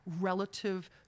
relative